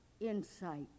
insight